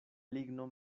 ligno